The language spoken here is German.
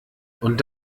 und